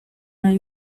nahi